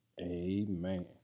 Amen